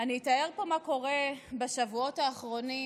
אני אתאר פה מה קורה בשבועות האחרונים,